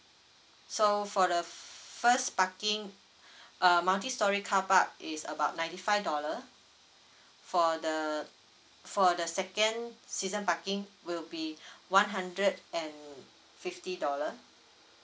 so for the first parking a multistorey car park is about ninety five dollar for the for the second season parking will be one hundred and fifty dollar